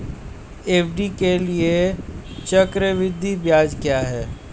FD के लिए चक्रवृद्धि ब्याज क्या है?